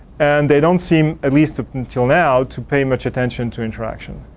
and they don't seem, at least up until now, to pay much attention to interaction.